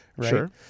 Sure